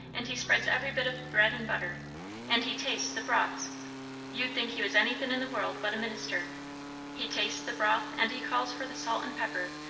and he spreads every bit of bread and butter and he tastes the broths you'd think he was anythin' in the world but a minister he tastes the broth, and he calls for the salt and pepper,